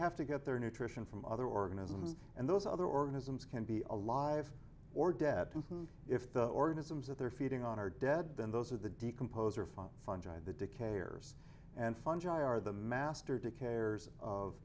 have to get their nutrition from other organisms and those other organisms can be alive or dead if the organisms that they're feeding on are dead then those are the decompose or fall fungi the decay or and fungi are the master